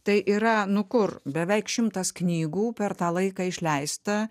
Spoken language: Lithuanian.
tai yra nu kur beveik šimtas knygų per tą laiką išleista